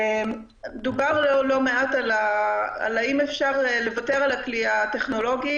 דובר לא מעט על השאלה האם אפשר לוותר על הכלי הטכנולוגי